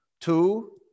Two